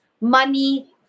Money